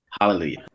Hallelujah